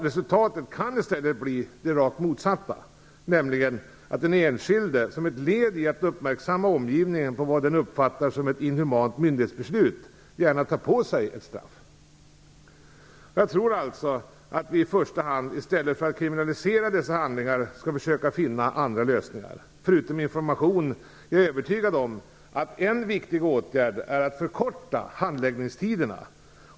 Resultatet kan i stället bli det rakt motsatta, nämligen att den enskilde, som ett led i att uppmärksamma omgivningen på vad som uppfattas som ett inhumant myndighetsbeslut, gärna tar på sig ett straff. Jag tror alltså att vi i första hand skall försöka finna andra lösningar än att kriminalisera dessa handlingar. Förutom information är jag övertygad om att en viktig åtgärd är att förkorta handläggningstiderna.